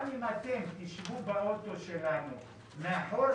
גם אם אתם תשבו באוטו שלנו מאחורה,